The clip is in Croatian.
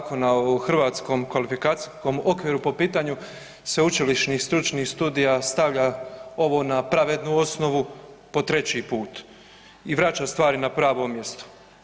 zakona o Hrvatskom kvalifikacijskom okviru po pitanju sveučilišnih stručnih studija stavlja ovo na pravednu osnovu po treći put i vraća stvari na pravo mjesto.